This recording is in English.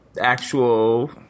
actual